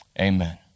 Amen